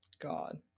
God